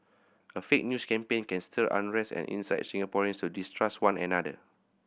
a fake news campaign can stir unrest and incite Singaporeans to distrust one another